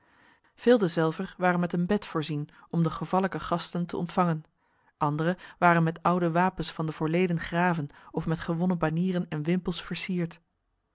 veel derzelver waren met een bed voorzien om de gevallijke gasten te ontvangen andere waren met oude wapens van de voorleden graven of met gewonnen banieren en wimpels versierd